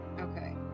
Okay